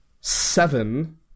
seven